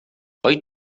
wyt